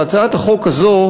והצעת החוק הזו,